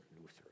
Luther